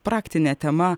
praktine tema